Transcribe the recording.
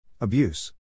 Abuse